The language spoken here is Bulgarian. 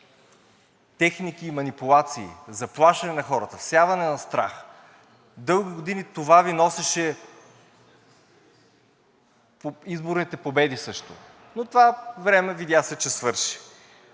техники и манипулации, заплашване на хората, всяване на страх. Дълги години това Ви носеше изборните победи също. Но това време, видя се, че свърши.